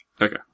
Okay